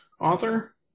author